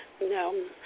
no